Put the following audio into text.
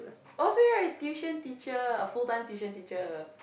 oh so you are a tuition teacher a full-time tuition teacher